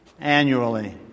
annually